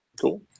Cool